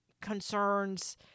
concerns